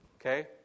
Okay